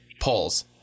polls